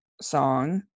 song